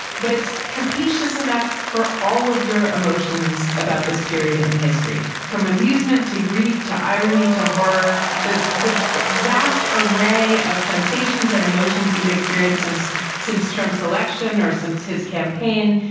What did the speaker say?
but it's capacious enough for all of your emotions about this period in history, from amusement to grief to irony to horror that the vast array of sensations and emotions you've experienced since since trump's selection or since his campaign,